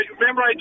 Remember